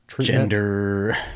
Gender